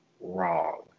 wrong